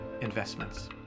investments